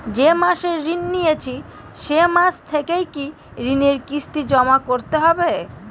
যে মাসে ঋণ নিয়েছি সেই মাস থেকেই কি ঋণের কিস্তি জমা করতে হবে?